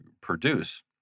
produce